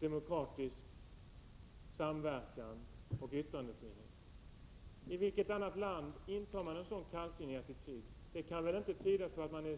demokratisk samverkan och yttrandefrihet? Det kan väl inte tyda på att man är särskilt konsekvent i sitt fördömande av den Prot.